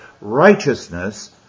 righteousness